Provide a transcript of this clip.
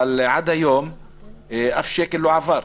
אבל עד היום שום שקל לא עבר.